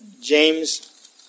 James